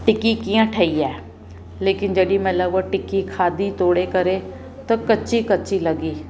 टिकी कीअं ठही आहे लेकिन जेॾीमहिल उहा टिकी खाधी तोड़े करे त कची कची लॻी